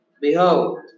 Behold